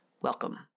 Welcome